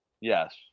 Yes